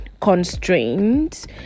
Constraints